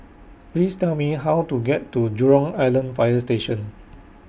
Please Tell Me How to get to Jurong Island Fire Station